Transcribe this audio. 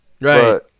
right